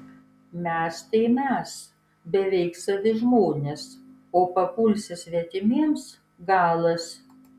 mes tai mes beveik savi žmonės o papulsi svetimiems galas